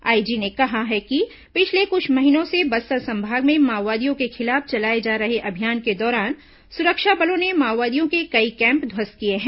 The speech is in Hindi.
आईजी ने कहा है कि पिछले कुछ महीनों से बस्तर संभाग में माओवादियों के खिलाफ चलाए जा रहे अभियान के दौरान सुरक्षा बलों ने माओवादियों के कई कैम्प ध्वस्त किए हैं